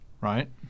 Right